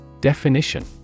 Definition